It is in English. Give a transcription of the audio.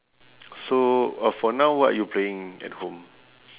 so uh for now what are you playing at home